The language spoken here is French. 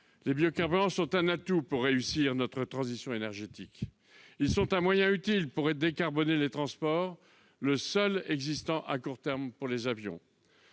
Les biocarburants sont un atout pour réussir notre transition énergétique ; ils sont un moyen utile pour décarboner les transports, le seul existant à court terme pour les avions.